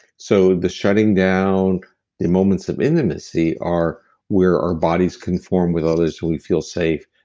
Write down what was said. so the shutting down the moments of intimacy, are where our bodies conform with others, who we feel safe,